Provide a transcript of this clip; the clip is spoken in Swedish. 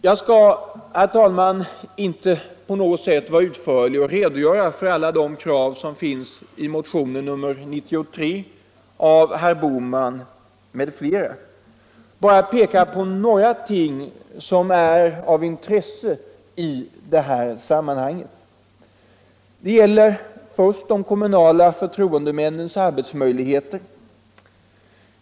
Jag skall, herr talman, inte utförligt redogöra för de krav som finns i motionen 93 av herr Bohman m.fl. utan bara peka på några frågor som är av intresse i detta sammanhang. Det gäller först de kommunala förtroendemännens arbetsmöjligheter.